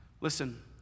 Listen